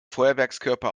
feuerwerkskörper